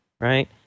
Right